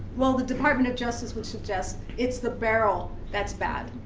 well, the department of justice would suggest it's the barrel that's bad.